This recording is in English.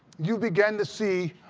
you begin to see